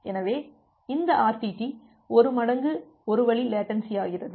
எனவே இந்த ஆர்டிடி இரு மடங்கு ஒரு வழி லேட்டன்சியாகிறது